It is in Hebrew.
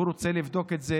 והוא רוצה לבדוק את זה,